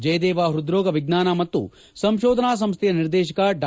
ಜಯದೇವ ಪೃದ್ರೋಗ ವಿಜ್ಞಾನ ಮತ್ತು ಸಂಶೋಧನಾ ಸಂಶೈಯ ನಿರ್ದೇಶಕ ಡಾ